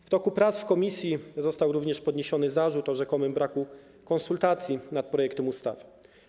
W toku prac w komisji został również podniesiony zarzut o rzekomym braku konsultacji nad projektem ustawy.